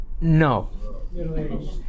no